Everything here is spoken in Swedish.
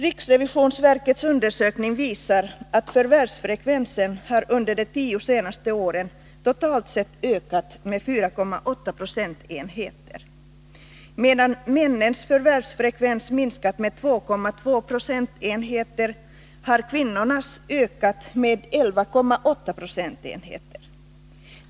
Riksrevisionsverkets undersökning visar att förvärvsfrekvensen under de tio senaste åren totalt sett har ökat med 4,8 Zo. Medan männens förvärvsfrekvens minskat med 2,2 20 har kvinnornas ökat med 11,8 96.